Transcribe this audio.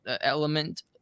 element